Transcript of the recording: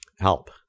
help